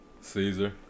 Caesar